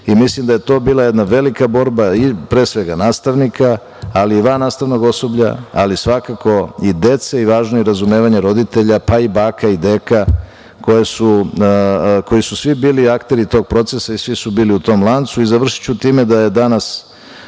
i mislim da je to bila jedna velika borba i pre svega, nastavnika, ali i van nastavnog osoblja, ali svakako i dece i važno je razumevanje roditelja, pa i baka i deka, koji su svi bili akteri tog procesa i svi su bili u tom lancu. Završiću time da je danas